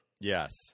Yes